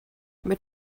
mit